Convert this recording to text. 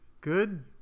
Good